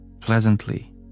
pleasantly